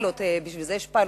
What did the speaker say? והפיילוט, בשביל זה יש פיילוט.